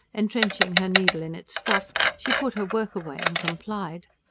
entrenching her needle in its stuff, she put her work away and complied.